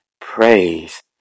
Praise